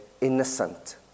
innocent